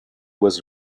was